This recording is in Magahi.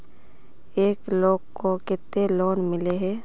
एक लोग को केते लोन मिले है?